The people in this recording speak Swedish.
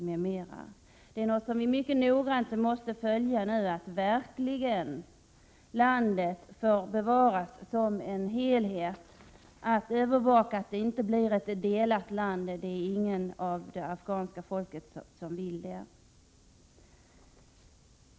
Vi måste nu mycket noggrant vaka över att landet får bevaras som en helhet, så att det inte blir ett delat land. Det finns ingen i det afghanska folket som vill det.